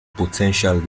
potential